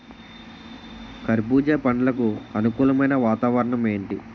కర్బుజ పండ్లకు అనుకూలమైన వాతావరణం ఏంటి?